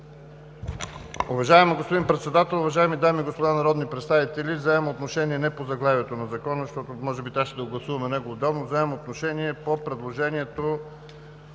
Уважаеми господин Председател, уважаеми дами и господа народни представители! Взимам отношение не по заглавието на Закона, макар че може би и него трябваше да гласуваме отделно, взимам отношение по предложението